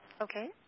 okay